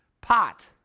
pot